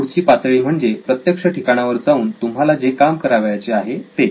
या पुढची पातळी म्हणजे प्रत्यक्ष ठिकाणावर जाऊन तुम्हाला जे काम करावयाचे आहे ते